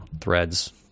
threads